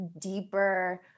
deeper